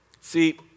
See